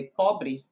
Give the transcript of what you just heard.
pobre